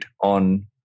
on